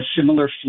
similar